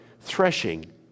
threshing